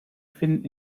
finden